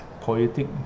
poetic